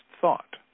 thought